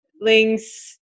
links